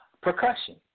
percussion